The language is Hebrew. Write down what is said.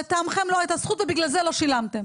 לטעמכם לא הייתה זכות ובגלל זה לא שילמתם,